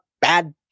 bad